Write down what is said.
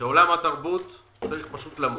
שעולם התרבות צריך למות.